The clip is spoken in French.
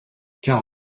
car